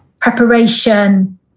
preparation